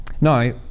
Now